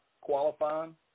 qualifying